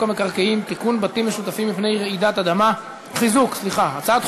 המקרקעין (חיזוק בתים משותפים מפני רעידות אדמה) (תיקון,